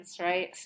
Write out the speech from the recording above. right